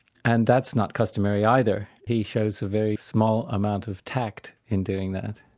and that's not customary either. he shows a very small amount of tact in doing that.